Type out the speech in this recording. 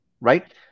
right